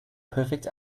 perfect